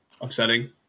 upsetting